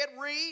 read